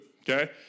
okay